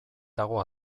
dago